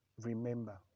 remember